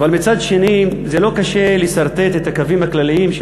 אבל מצד שני לא קשה לסרטט את הקווים הכלליים של